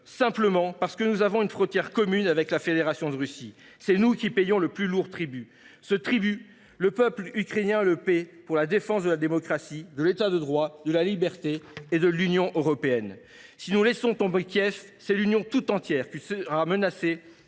simplement parce que nous avons une frontière commune avec la Fédération de Russie. C’est nous qui payons le plus lourd tribut. » Ce tribut, le peuple ukrainien le paie pour la défense de la démocratie, de l’État de droit, de la liberté et de l’Union européenne. Si nous laissons tomber Kiev, l’Union tout entière sera menacée